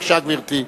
בבקשה, גברתי.